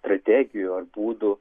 strategijų ar būdų